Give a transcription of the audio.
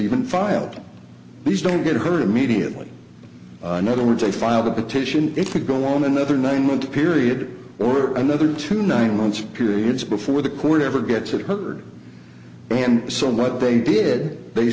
even filed these don't get hurt immediately in other words i filed a petition it could go on another nine month period or another to nine months periods before the court ever gets it heard him so much they did they